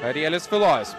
arielis tulojus